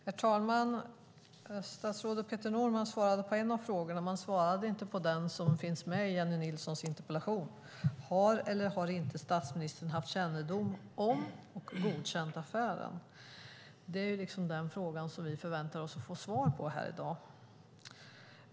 Herr talman! Statsrådet Peter Norman svarade på en av frågorna, men han svarade inte på den som finns med i Jennie Nilssons interpellation: Har eller har inte statsministern haft kännedom om och godkänt affären? Det är den fråga som vi förväntar oss att få svar på här i dag.